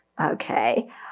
okay